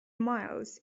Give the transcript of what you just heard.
miles